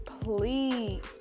please